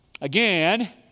Again